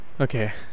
okay